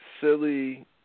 silly